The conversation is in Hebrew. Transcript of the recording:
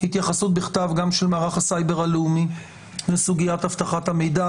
התייחסות בכתב גם של מערך הסייבר הלאומי לסוגיית אבטחת המידע.